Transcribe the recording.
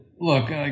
look